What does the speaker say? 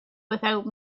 without